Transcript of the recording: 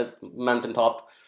mountaintop